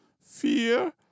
fear